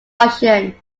russian